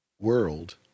world